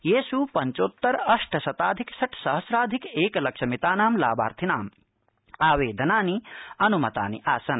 येष् पञ्चोत्तर अष्ट शताधिक षट सहस्राधिक एक लक्ष मितानां लाभार्थिनाम् आवेदनानि अन्मतानि आसन्